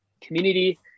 community